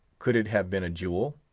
could it have been a jewel?